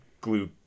glue